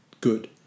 good